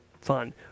fun